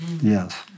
Yes